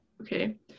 Okay